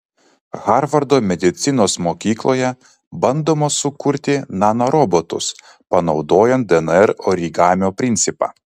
harvardo medicinos mokykloje bandoma sukurti nanorobotus panaudojant dnr origamio principą